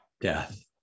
death